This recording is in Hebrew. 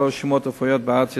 כל הרשומות הרפואיות בארץ,